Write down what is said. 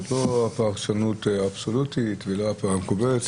זאת לא הפרשנות האבסולוטית ולא המקובלת.